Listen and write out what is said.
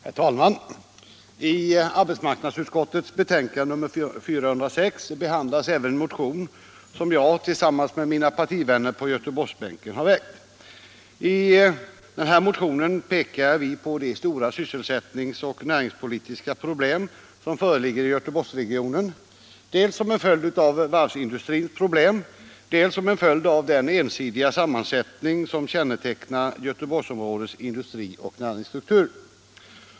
Herr talman! I arbetsmarknadsutskottets betänkande behandlas även en motion som jag väckt tillsammans med mina partivänner på Göteborgsbänken. I vår motion pekar vi på de stora sysselsättningsproblem och näringspolitiska problem som föreligger i Göteborgsregionen, dels som en följd av varvsindustrins svårigheter, dels som en följd av den ensidiga sammansättning som kännetecknar Göteborgsområdets industrioch närings struktur.